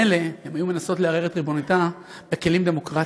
מילא אם היו מנסות לערער את ריבונותה בכלים דמוקרטיים,